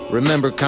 Remember